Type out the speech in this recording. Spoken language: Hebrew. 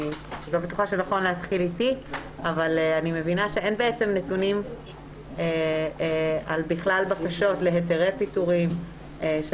אני מבינה שאין נתונים על בקשות להיתרי פיטורים של